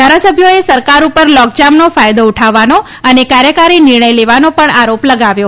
ધારાસભ્યોએ સરકાર ઉપર લોગજામનો ફાયદો ઉઠાવવાનો અને કાર્યકારી નિર્ણય લેવાનો પણ આરોપ લગાવ્યો